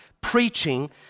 preaching